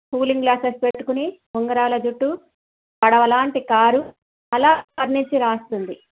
cooling glasses పెట్టుకుని ఉంగరాల జుట్టు పడవ లాంటి కారు అలా వర్ణించి రాస్తుంది